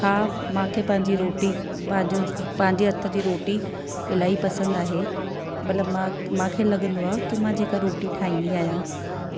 हा मूंखे पंहिंजी रोटी पंहिंजो पंहिंजे हथ जी रोटी इलाही पसंदि आहे मतिलबु मां मूंखे लॻंदो आहे की मां जेका रोटी ठाहींदी आहियां